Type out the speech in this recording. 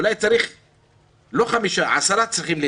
אולי לא חמישה צריכים להתפטר,